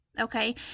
okay